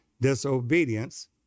disobedience